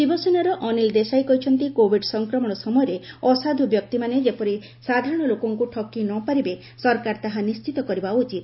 ଶିବସେନାର ଅନୀଲ ଦେଶାଇ କହିଛନ୍ତି କୋବିଡ୍ ସଂକ୍ରମଣ ସମୟରେ ଅସାଧୁ ବ୍ୟକ୍ତିମାନେ ଯେପରି ସାଧାରଣ ଲୋକଙ୍କୁ ଠକି ନ ପାରିବେ ସରକାର ତାହା ନିଶ୍ଚିତ କରିବା ଉଚିତ